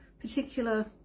particular